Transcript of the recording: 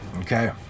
Okay